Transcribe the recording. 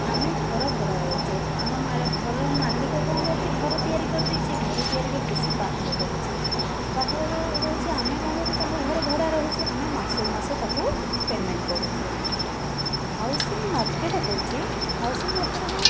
ଆମେ ଘର ଭଡ଼ାରେ ଅଛୁ ଆମ ମାର ଘରର ମାଲିକ କ'ଣ କରଛି ଘର ତିଆରି କରି ଦେଇଛି ଘର ତିଆରି କରିକି ସେ ବାହାରେ ରହୁଛି ବାହାରେ ରହୁଛି ଆମେ କ'ଣ କରୁଛୁ ତାଙ୍କ ଘରେ ଭଡ଼ା ରହୁଛୁ ଆମେ ମାସକୁ ମାସ ତାକୁ ପେମେଣ୍ଟ କରୁଛୁ ହାଉସିଙ୍ଗ ମାର୍କେଟ ହେଉଛି ହାଉସିଙ୍ଗ ମାର୍କେଟ କ'ଣ